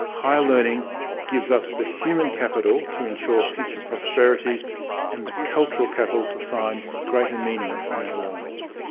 higher learning gives us the human capital to ensure future prosperity and the cultural capital to find greater meaning in our lives.